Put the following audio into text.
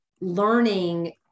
learning